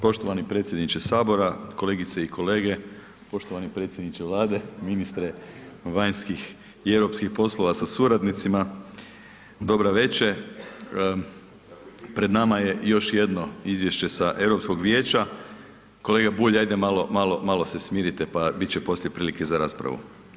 Poštovani predsjedniče sabora, kolegice i kolege, poštovani predsjedniče Vlade, ministre vanjskih i europskih poslova sa suradnicima, dobra večer, pred nama je još jedno Izvješće sa Europskog vijeća, kolega Bulj ajde malo, malo se smirite pa bit će poslije prilike za raspravu.